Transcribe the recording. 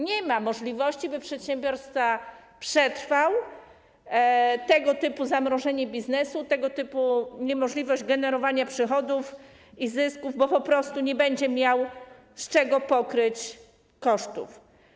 Nie ma możliwości, by przedsiębiorca przetrwał tego typu zamrożenie biznesu, tego typu niemożliwość generowania przychodów i zysków, bo po prostu nie będzie miał z czego pokryć kosztów.